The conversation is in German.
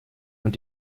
und